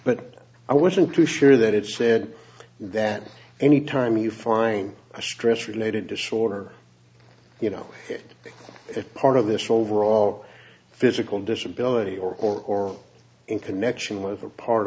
but i wasn't too sure that it said that anytime you find a stress related disorder you know it is part of this overall physical disability or in connection with a part